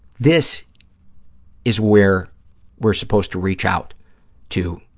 this is where we're supposed to reach out to